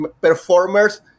performers